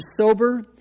sober